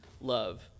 love